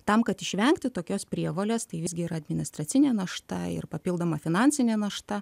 tam kad išvengti tokios prievolės tai visgi yra administracinė našta ir papildoma finansinė našta